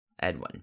Edwin